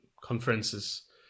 conferences